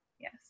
Yes